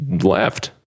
left